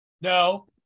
no